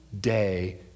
day